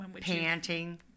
Panting